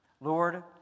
Lord